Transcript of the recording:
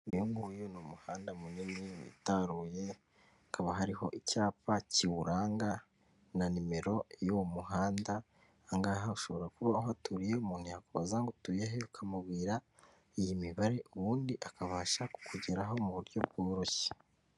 Uyu nguyu ni umuhanda munini witaruye hakaba hariho icyapa kiwuranga na nimero y'uwo muhanda ahangaha ushobora kuba ahaturiye umuntu yakubazaza ngo utuye he ukamubwira iyi mibare ubundi akabasha kukugeraho muburyo bworoshye.